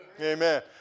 Amen